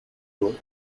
door